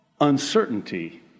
uncertainty